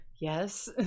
Yes